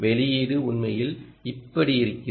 வெளியீடு உண்மையில் இப்படி இருக்கிறது